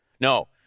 No